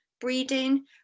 breeding